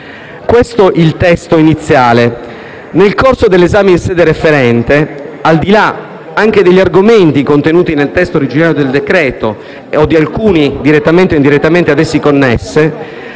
Questo è il testo iniziale. Nel corso dell'esame in sede referente, al di là anche degli argomenti contenuti nel testo originale del decreto o di alcuni direttamente o indirettamente a essi connessi,